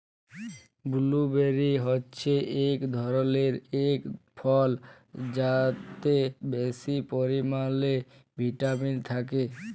blueberry হচ্যে এক ধরলের টক ফল যাতে বেশি পরিমালে ভিটামিল থাক্যে